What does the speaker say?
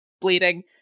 bleeding